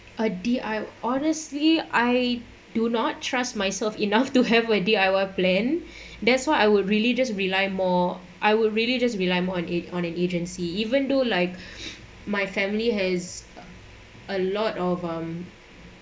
uh D_I I honestly I do not trust myself enough to have a D_I_Y plan that's what I would really just rely more I will really just rely on a~ on an agency even though like my family has a lot of um